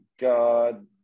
god